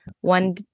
one